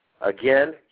Again